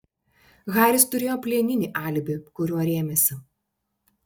haris turėjo plieninį alibi kuriuo rėmėsi